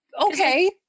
okay